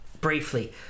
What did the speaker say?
briefly